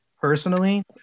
Personally